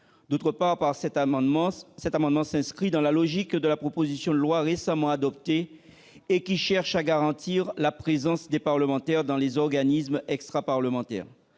D'autre part, cet amendement s'inscrit dans la logique de la proposition de loi récemment adoptée visant à garantir la présence des parlementaires dans les organismes extraparlementaires.